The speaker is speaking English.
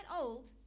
old